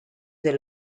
del